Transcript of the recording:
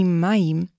maim